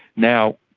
now,